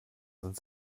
sind